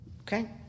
Okay